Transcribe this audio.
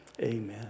Amen